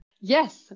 Yes